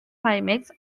climax